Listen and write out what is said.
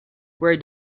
where